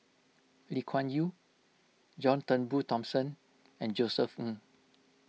Lee Kuan Yew John Turnbull Thomson and Josef Ng